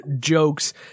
jokes